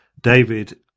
David